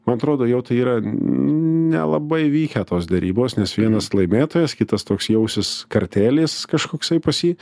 man atrodo jau tai yra nelabai vykę tos derybos nes vienas laimėtojas kitas toks jausis kartėlis kažkoksai pas jį